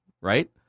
right